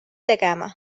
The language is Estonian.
tegema